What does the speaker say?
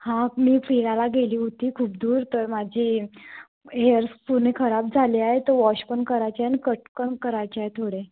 हां मी फिरायला गेली होती खूप दूर तर माझे हेअर्स पुर्ण खराब झाले आहे तर वॉश पण करायचे आहे आणि कट पण करायचे आहे थोडे